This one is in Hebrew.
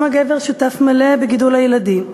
גם הגבר שותף מלא בגידול הילדים.